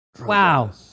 Wow